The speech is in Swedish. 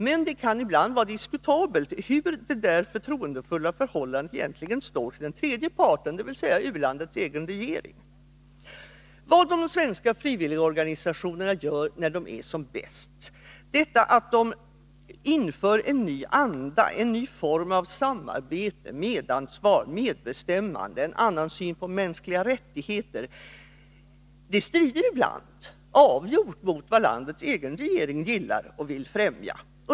Men det kan ibland vara diskutabelt hur detta förtroendefulla förhållande egentligen står till den tredje parten, dvs. u-landets egen regering. Vad de svenska frivilligorganisationerna gör när de är som bäst — att införa en ny anda, en ny form av samarbete, medansvar, medbestämmande, en annan syn på mänskliga rättigheter — strider ibland avgjort mot vad landets egen regering gillar och vill främja.